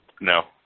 No